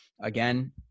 Again